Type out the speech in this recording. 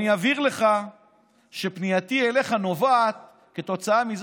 אני אבהיר לך שפנייתי אליך נובעת כתוצאה מזה